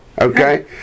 Okay